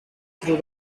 through